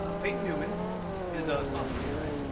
ah peyton newman is a sophomore here, right?